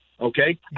okay